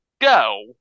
Go